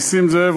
נסים זאב,